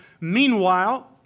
meanwhile